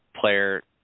player